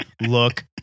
look